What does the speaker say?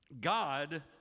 God